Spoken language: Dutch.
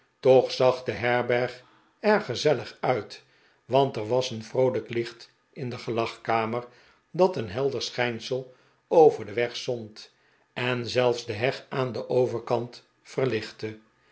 toch zag de herberg er gezellig uit want er was een vroolijk licht in de gelagkamer dat een helder schijnsel over den weg zond en zelfs de heg aan den o'verkant verlichtte